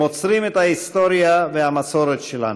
הם אוצרים את ההיסטוריה והמסורת שלנו.